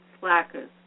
slackers